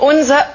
Unser